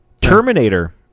Terminator